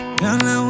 girl